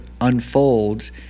unfolds